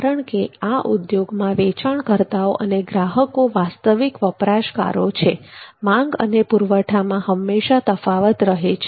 કારણ કે આ ઉદ્યોગમાં વેચાણકર્તાઓ અને ગ્રાહકો વાસ્તવિક વપરાશકારો છે માંગ અને પુરવઠામાં હંમેશા તફાવત રહે છે